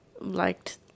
liked